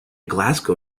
glasgow